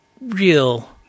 real